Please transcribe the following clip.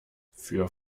für